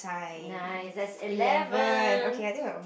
nice that's eleven